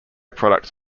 products